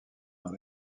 dans